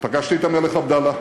ופגשתי את המלך עבדאללה,